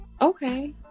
Okay